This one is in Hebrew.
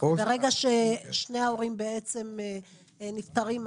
ברגע ששני ההורים נפטרים,